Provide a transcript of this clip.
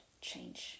change